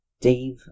Dave